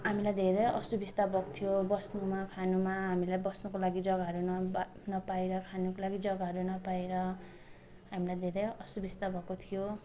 हामीलाई धेरै असुबिस्ता भएको थियो बस्नुमा खानुमा हामीलाई बस्नुको लागि जगाहरू नपा नपाएर खानुको लागि जगाहरू नपाएर हामीलाई धेरै असुबिस्ता भएको थियो